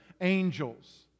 angels